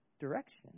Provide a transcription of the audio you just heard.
direction